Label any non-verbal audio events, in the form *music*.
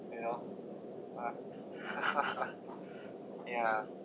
you know *noise* *laughs* yeah